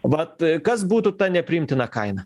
vat kas būtų ta nepriimtina kaina